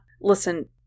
Listen